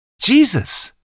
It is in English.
Jesus